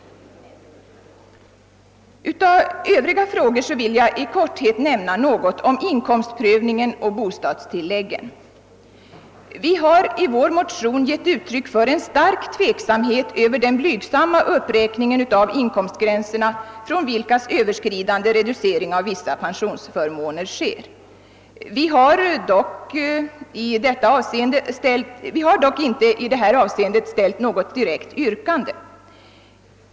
Av Övriga frågor vill jag i korthet nämna inkomstprövningen och bostadstilläggen. Vi har i våra motioner givit uttryck för stark tveksamhet beträffande den blygsamma höjningen av de inkomstgränser från vilkas överskridande reducering av vissa pensionsförmåner sker. Vi har dock inte i det avseendet ställt något direkt yrkande.